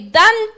done